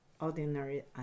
ordinary